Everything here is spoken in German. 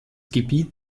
gebiet